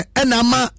enama